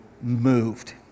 moved